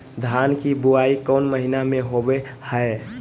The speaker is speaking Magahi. धान की बोई कौन महीना में होबो हाय?